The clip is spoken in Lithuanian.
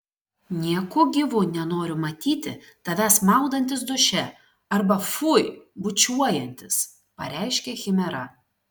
nieku gyvu nenoriu matyti tavęs maudantis duše arba fui bučiuojantis pareiškė chimera